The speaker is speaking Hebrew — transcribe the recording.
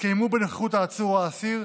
יתקיימו בנוכחות העצור או האסיר,